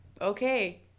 okay